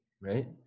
Right